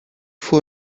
for